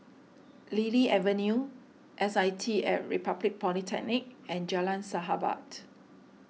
Lily Avenue S I T at Republic Polytechnic and Jalan Sahabat